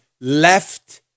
left